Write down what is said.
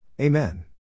Amen